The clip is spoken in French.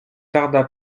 tarda